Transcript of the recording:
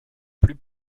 plus